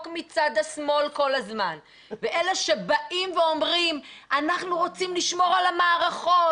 מצד השמאל כל הזמן ואלה שבאים ואומרים: אנחנו רוצים לשמור על המערכות